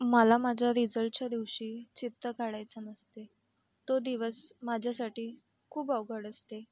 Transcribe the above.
मला माझ्या रिजल्टच्या दिवशी चित्त काढायचे नसते तो दिवस माझ्यासाठी खूप अवघड असते